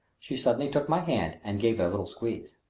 she suddenly took my hand and gave it a little squeeze.